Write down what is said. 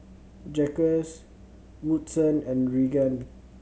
Jacques Woodson and Regan